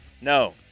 No